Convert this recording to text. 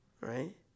right